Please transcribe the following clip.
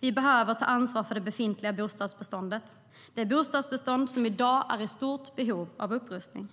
Vi behöver ta ansvar för det befintliga bostadsbeståndet, det bostadsbestånd som i dag är i stort behov av upprustning.